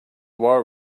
war